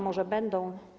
Może będą.